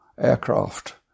aircraft